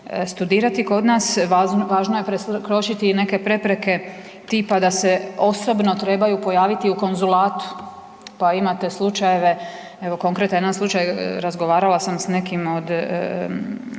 studirati kod nas. Važno je preskočiti i neke prepreke tipa da se osobno trebaju pojaviti u konzulatu pa imate slučajeve, evo, konkretno jedan slučaj, razgovarala sam s nekim od